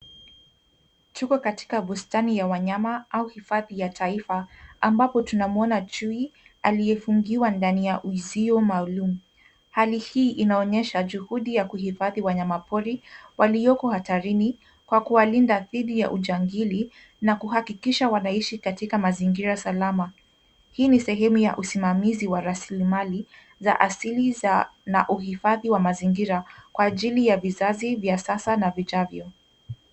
Tuko katika bustani ya wanyama au hifadhi ya taifa ambapo tunamwona chui aliyefungiwa ndani ya uzio maalum. Hali hii inaonyesha juhudi ya kuhifadhi wanyama pori walioko hatarini kwa kuwalinda dhidi ya ujangili na kukakikisha wanaishi katika mazingira salama. Hii ni sehemu ya usimamizi wa rasilimali za asili na uhifadhi wa mazingira kwa ajili ya vizazi vya sasa na vijavyo.